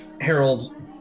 Harold